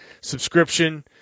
subscription